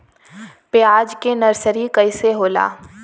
प्याज के नर्सरी कइसे होला?